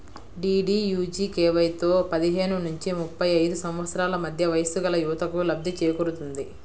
డీడీయూజీకేవైతో పదిహేను నుంచి ముప్పై ఐదు సంవత్సరాల మధ్య వయస్సుగల యువతకు లబ్ధి చేకూరుతుంది